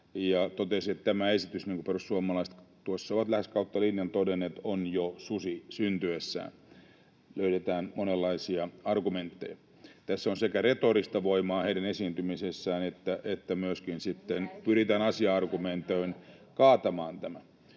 totesi, että tämä esitys, niin kuin perussuomalaiset ovat lähes kautta linjan todenneet, on jo susi syntyessään — löydetään monenlaisia argumentteja. Tässä heidän esiintymisessään on sekä retorista voimaa että myöskin pyritään asia-argumentein kaatamaan tämän.